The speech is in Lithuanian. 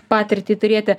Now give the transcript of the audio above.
patirtį turėti